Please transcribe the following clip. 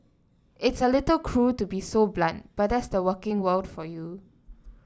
it's a little cruel to be so blunt but that's the working world for you